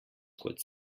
kot